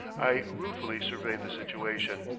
i ruefully survey the situation.